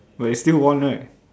but you still won right